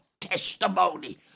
testimony